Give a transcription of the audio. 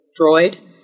droid